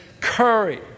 courage